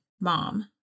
mom